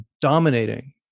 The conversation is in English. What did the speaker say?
dominating